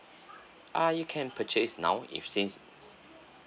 ah you can purchase now if since